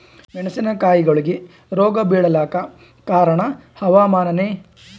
ಮೆಣಸಿನ ಕಾಯಿಗಳಿಗಿ ರೋಗ ಬಿಳಲಾಕ ಕಾರಣ ಹವಾಮಾನನೇ?